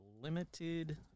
Limited